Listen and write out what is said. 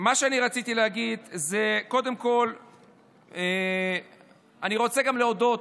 מה שאני רציתי להגיד, קודם כול אני רוצה להודות